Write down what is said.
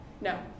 No